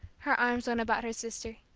her arms went about her sister,